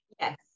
Yes